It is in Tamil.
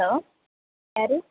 ஹலோ யார்